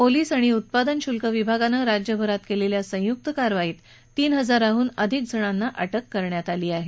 police आणि उत्पादन शुल्क विभागानं राज्यभरात केलेल्या संयुक कारवाईत तीन हजारांडून अधिक लोकांना अटक करण्यात आली आहे